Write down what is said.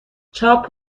چاپ